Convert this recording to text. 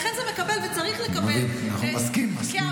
לכן זה מקבל וצריך לקבל, כאמירה,